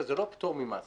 זה לא פטור ממס.